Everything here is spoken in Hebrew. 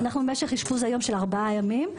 והיום משך האשפוז הוא ארבעה ימים.